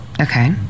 Okay